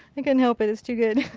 i couldn't help it. it's too good.